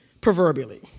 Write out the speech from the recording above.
proverbially